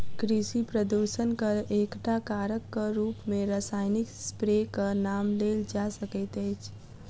कृषि प्रदूषणक एकटा कारकक रूप मे रासायनिक स्प्रेक नाम लेल जा सकैत अछि